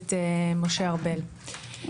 הכנסת משה ארבל.